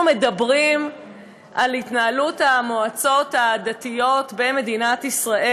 אנחנו מדברים על התנהלות המועצות הדתיות במדינת ישראל,